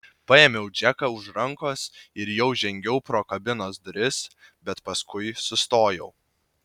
paėmiau džeką už rankos ir jau žengiau pro kabinos duris bet paskui sustojau